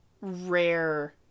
rare